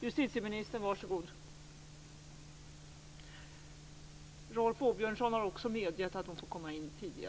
Jag finner att Alice Åström och Rolf Åbjörnsson medger detta.